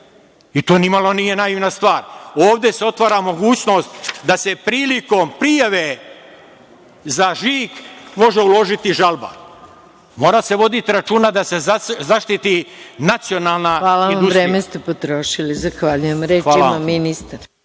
i to nimalo nije naivna stvar. Ovde se otvara mogućnost da se prilikom prijave za žig može uložiti žalba. Mora se voditi računa da se zaštiti nacionalna industrija. **Maja Gojković** Hvala, potrošili ste vreme. Reč ima ministar.